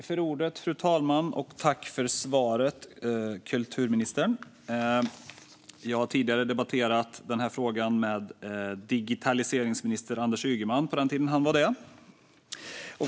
Fru talman! Tack för svaret, kulturministern! Jag har tidigare debatterat den här frågan med digitaliseringsminister Anders Ygeman på den tiden då han var det.